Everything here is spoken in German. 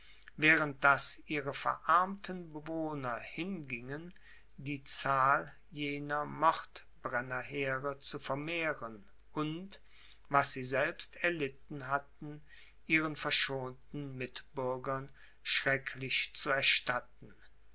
während daß ihre verarmten bewohner hingingen die zahl jener mordbrennerheere zu vermehren und was sie selbst erlitten hatten ihren verschonten mitbürgern schrecklich zu erstatten